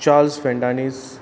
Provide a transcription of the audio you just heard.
Charles Fernandes